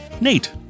Nate